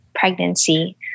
pregnancy